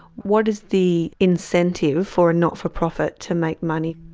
what is the incentive for a not-for-profit to make money?